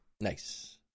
Nice